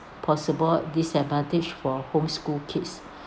possible disadvantage for homeschool kids